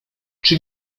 czy